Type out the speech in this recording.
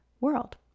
world